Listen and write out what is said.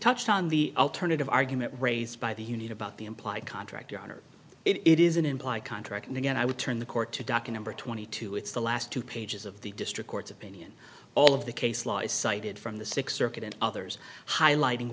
touched on the alternative argument raised by the union about the implied contract your honor it is an implied contract and again i would turn the court to dhaka number twenty two it's the last two pages of the district court's opinion all of the case law is cited from the six circuit and others highlighting